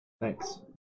Thanks